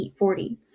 840